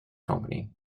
company